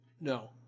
no